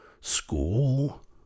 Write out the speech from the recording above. school